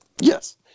Yes